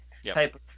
Type